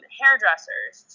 hairdressers